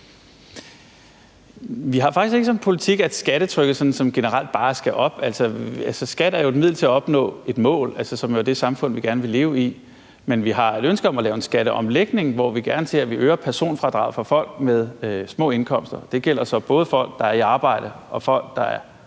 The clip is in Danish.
Vi har faktisk ikke som politik, at skattetrykket bare sådan generelt skal op. Altså, skat er jo et middel til at opnå et mål, som jo er det samfund, vi gerne vil leve i. Men vi har et ønske om at lave en skatteomlægning, hvor vi gerne ser, at man øger personfradraget for folk med små indkomster – det gælder så både folk, der er i arbejde, og folk, der står